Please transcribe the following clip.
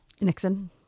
nixon